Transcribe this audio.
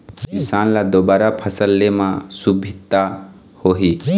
किसान ल दुबारा फसल ले म सुभिता होही